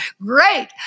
Great